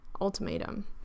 ultimatum